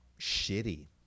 shitty